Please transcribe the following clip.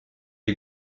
les